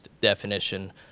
definition